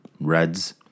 reds